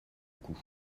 coup